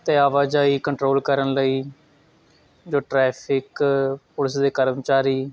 ਅਤੇ ਆਵਾਜਾਈ ਕੰਟਰੋਲ ਕਰਨ ਲਈ ਜੋ ਟਰੈਫਿਕ ਪੁਲਿਸ ਦੇ ਕਰਮਚਾਰੀ